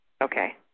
Okay